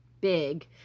big